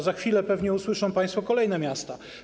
Za chwilę pewnie usłyszą państwo o kolejnych miastach.